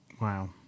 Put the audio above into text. Wow